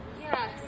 Yes